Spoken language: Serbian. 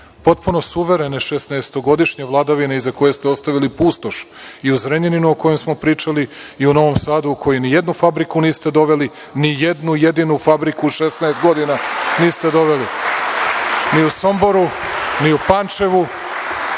potpuno suverene šesnaestogodišnje vladavine iza koje ste ostavili pustoš i u Zrenjaninu, o kojem smo pričali, i u Novom Sadu, u koji nijednu fabriku niste doveli, nijednu jedinu fabriku u 16 godina niste doveli, ni u Somboru, ni u Pančevu.